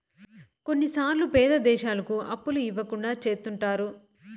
కొన్నిసార్లు పేద దేశాలకు అప్పులు ఇవ్వకుండా చెత్తుంటారు